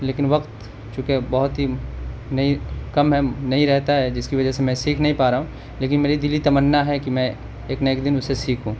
لیکن وقت چونکہ بہت ہی نہیں کم ہے نہیں رہتا ہے جس کی وجہ سے میں سیکھ نہیں پا رہا ہوں لیکن میری دلی تمنا ہے کہ میں ایک نہ ایک دن اسے سیکھوں